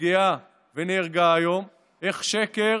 נפגעה ונהרגה היום, איך שקר